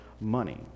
money